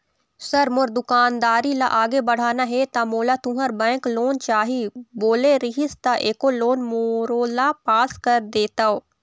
Sir मोर दुकानदारी ला आगे बढ़ाना हे ता मोला तुंहर बैंक लोन चाही बोले रीहिस ता एको लोन मोरोला पास कर देतव?